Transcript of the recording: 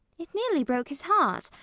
it nearly broke his heart,